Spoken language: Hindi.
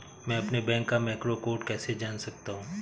मैं अपने बैंक का मैक्रो कोड कैसे जान सकता हूँ?